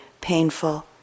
painful